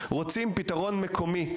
רוצים פתרון מקומי.